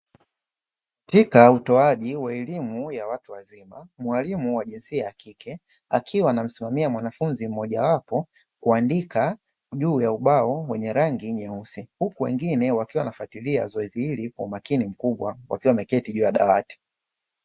Katika utoaji wa elimu ya watu wazima, mwalimu wa jinsi ya kike akiwa anamsimamia mwanafunzi mmojawapo kuandika juu ya ubao wenye rangi nyeusi, huku wengine wakiwa wanafatilia zoezi hili kwa umakini mkubwa, wakiwa wameketi juu ya dawati.